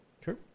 Sure